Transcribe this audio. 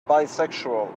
bisexual